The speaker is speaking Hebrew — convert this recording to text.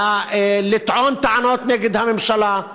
לטעון טענות נגד הממשלה.